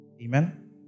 Amen